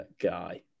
guy